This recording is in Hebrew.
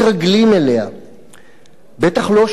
בטח לא שואלים שאלות על התקפות שלה.